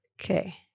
Okay